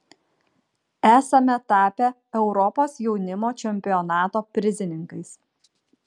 esame tapę europos jaunimo čempionato prizininkais